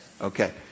Okay